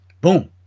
boom